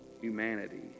humanity